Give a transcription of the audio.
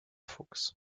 fuchs